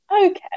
okay